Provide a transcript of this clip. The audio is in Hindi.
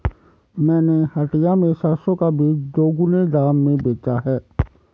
मैंने हटिया में सरसों का बीज दोगुने दाम में बेचा है